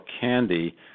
candy